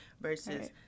versus